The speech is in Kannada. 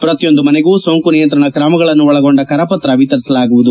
ಪ್ರತಿಯೊಂದು ಮನೆಗೂ ಸೋಂಕು ನಿಯಂತ್ರಣ ಕ್ರಮಗಳನ್ನು ಒಳಗೊಂಡ ಕರಪತ್ರ ವಿತರಿಸಲಾಗುವುದು